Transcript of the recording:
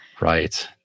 right